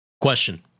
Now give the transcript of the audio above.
Question